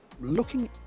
looking